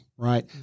Right